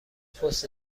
پست